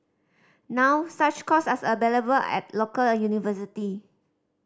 now such courses are available at a local university